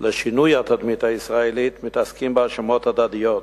ולשינוי התדמית הישראלית, מתעסקים בהאשמות הדדיות.